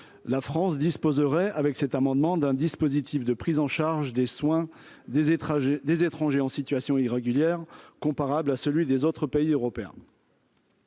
la France disposerait avec cet amendement, d'un dispositif de prise en charge des soins des étrangers, des étrangers en situation irrégulière, comparable à celui des autres pays européens.